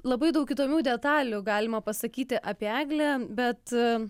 labai daug įdomių detalių galima pasakyti apie eglę bet